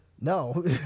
No